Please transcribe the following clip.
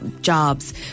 Jobs